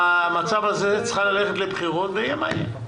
במצב הזה צריך ללכת לבחירות ויהיה מה שיהיה.